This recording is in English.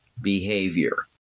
behavior